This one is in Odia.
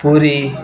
ପୁରୀ